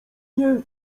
nie